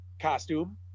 costume